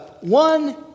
one